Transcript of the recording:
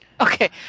Okay